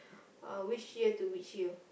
uh which year to which year